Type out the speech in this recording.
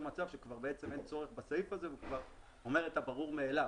מצב שכבר בעצם אין צורך בסעיף הזה והוא כבר אומר את הברור מאליו.